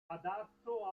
adatto